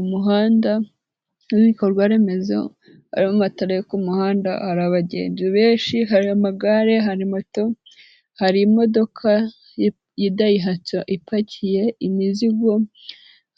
Umuhanda n'ibikorwa remezo harimo amatara yo ku muhanda, hari abagenzi benshi, hari amagare, hari moto, hari imodoka y'idayihatso ipakiye imizigo,